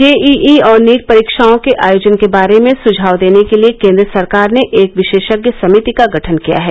JEE और NEET परीक्षाओं के आयोजन के बारे में सुझाव देने के लिए केन्द्र सरकार ने एक विशेषज्ञ समिति का गठन किया है